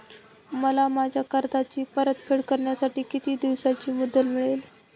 मला माझ्या कर्जाची परतफेड करण्यासाठी किती दिवसांची मुदत मिळेल?